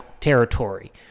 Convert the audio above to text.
territory